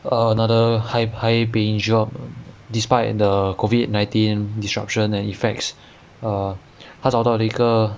another high high paying job despite the COVID nineteen disruption and effects err 他找到了一个